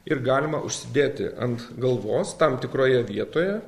ir galima užsidėti ant galvos tam tikroje vietoje